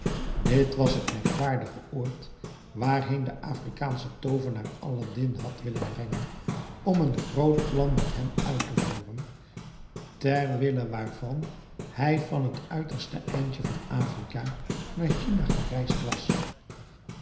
dit was t merkwaardige oord waarheen de afrikaansche toovenaar aladdin had willen brengen om een groot plan met hem uit te voeren ter wille waarvan hij van het uiterste eindje van afrika naar china gereisd was